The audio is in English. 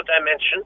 dimension